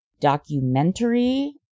documentary